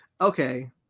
Okay